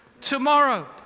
tomorrow